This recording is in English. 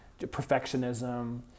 perfectionism